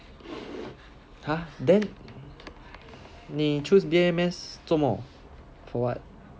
!huh! then 你 choose B_M_S 做么 for what